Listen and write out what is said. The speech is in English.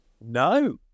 no